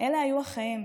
אלה היו החיים.